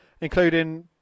including